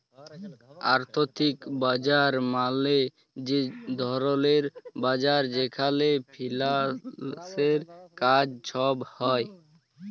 আথ্থিক বাজার মালে যে ধরলের বাজার যেখালে ফিল্যালসের কাজ ছব হ্যয়